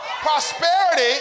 prosperity